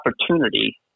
opportunity